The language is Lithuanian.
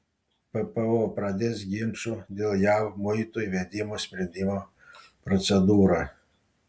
ppo pradės ginčų dėl jav muitų įvedimo sprendimo procedūrą